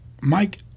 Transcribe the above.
Mike